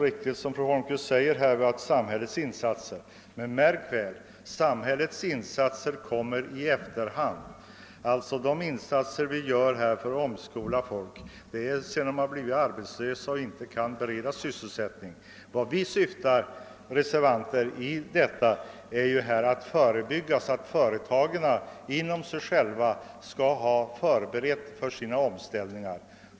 Det som fru Holmqvist sade om samhällets insatser är helt riktigt, men märk väl att de insatserna kommer i efterhand. Insatserna för att omskola människor göres först sedan de anställda blivit arbetslösa och inte kan beredas sysselsättning. Vad vi reservanter syftar till är att företagen själva skall ha en beredskap när det gäller omställningar.